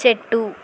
చెట్టు